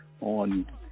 on